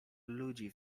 ludzi